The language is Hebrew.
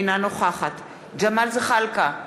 אינה נוכחת ג'מאל זחאלקה,